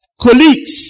colleagues